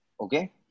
Okay